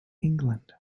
england